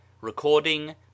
recording